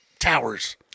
towers